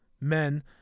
men